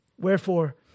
Wherefore